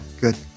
Good